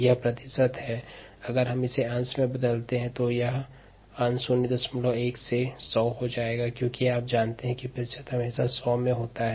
यह प्रतिशत् है अगर हम इसे फ्रैक्शन या भिन्न में बदलते हैं तो यह 01 से 100 हो जाएगा क्योंकि हम जानते हैं कि प्रतिशत् हमेशा 100 में होता है